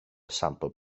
sampl